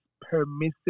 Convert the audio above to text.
permissive